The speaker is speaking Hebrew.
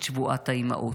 את שבועת האימהות."